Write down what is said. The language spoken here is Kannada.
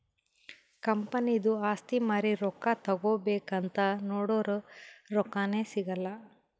ಕಂಪನಿದು ಆಸ್ತಿ ಮಾರಿ ರೊಕ್ಕಾ ತಗೋಬೇಕ್ ಅಂತ್ ನೊಡುರ್ ರೊಕ್ಕಾನೇ ಸಿಗಲ್ಲ